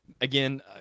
Again